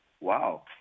wow